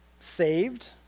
saved